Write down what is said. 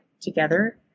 together